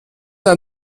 ein